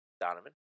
Donovan